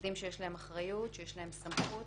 שיש להם אחריות וסמכות,